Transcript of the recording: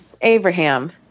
Abraham